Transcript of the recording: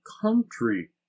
country